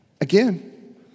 Again